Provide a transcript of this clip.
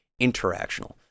interactional